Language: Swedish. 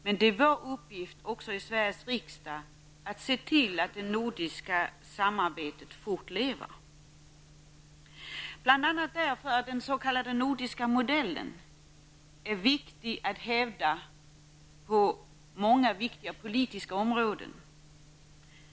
Det är även vår uppgift, i Sveriges riksdag, att se till att det nordiska samarbetet fortlever, bl.a. därför att den s.k. nordiska modellen är viktig att hävda på många viktiga politiska områden.